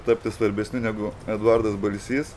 tapti svarbesniu negu eduardas balsys